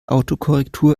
autokorrektur